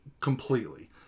completely